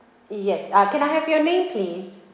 yes uh can I have your name please